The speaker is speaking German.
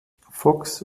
fox